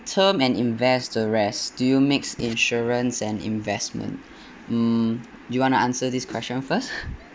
term and invest the rest do you mix insurance and investment mm you want to answer this question first